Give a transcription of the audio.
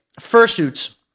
fursuits